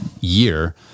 year